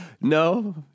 No